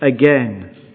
again